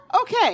Okay